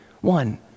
one